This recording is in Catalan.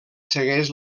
segueix